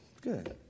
Good